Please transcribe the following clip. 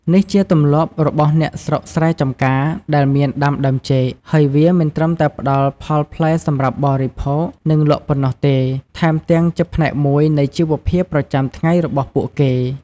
នេះជាទម្លាប់របស់អ្នកស្រុកស្រែចំការដែលមានដាំដើមចេក ហើយវាមិនត្រឹមតែផ្ដល់ផលផ្លែសម្រាប់បរិភោគ និងលក់ប៉ុណ្ណោះទេ ថែមទាំងជាផ្នែកមួយនៃជីវភាពប្រចាំថ្ងៃរបស់ពួកគេ។។